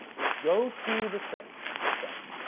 is go to the study itself.